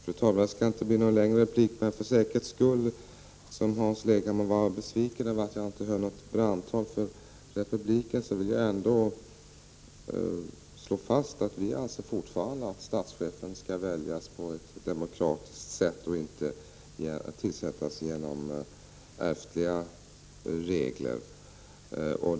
Fru talman! Det skall inte bli någon längre replik. Eftersom Hans Leghammar var besviken över att jag inte höll något brandtal för republik vill jag ändå för säkerhets skull slå fast att vi fortfarande anser att statschefen skall väljas på ett demokratiskt sätt och inte tillsättas genom regler om ärftlighet.